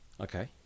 Okay